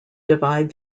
divide